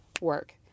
work